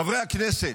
חברי הכנסת,